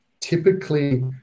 Typically